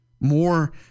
more